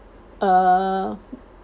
uh